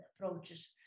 approaches